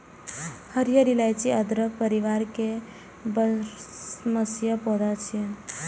हरियर इलाइची अदरक परिवार के बरमसिया पौधा छियै